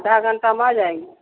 आधा घंटा में आ जाएंगे